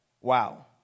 Wow